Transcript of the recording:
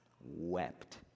wept